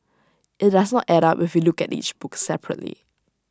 IT does not add up if we look at each book separately